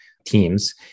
teams